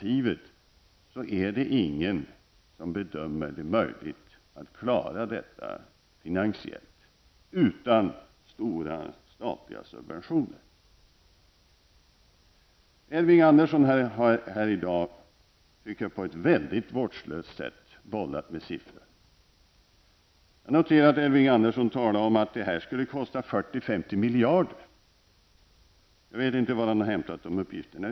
Ingen bedömer det möjligt att klara tunnelalternativet finansiellt utan stora statliga subventioner. Elving Andersson har här i dag på ett mycket vårdslöst sätt bollat med siffrorna. Jag noterade att Elving Andersson talade om att projektet skulle kosta 40--50 miljarder. Jag vet inte varifrån han har hämtat de uppgifterna.